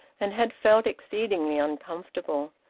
and had felt exceedingly uncomfortable.